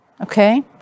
Okay